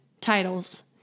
titles